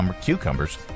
cucumbers